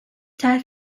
tied